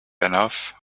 enough